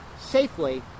safely